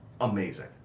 amazing